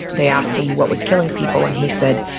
they asked him what was killing people and he said,